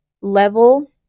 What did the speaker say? level